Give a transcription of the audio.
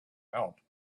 help